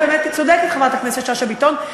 צודקת חברת הכנסת שאשא ביטון.